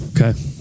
Okay